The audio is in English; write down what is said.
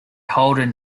holden